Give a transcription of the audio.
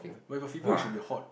when got fever it should be hot